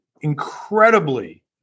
incredibly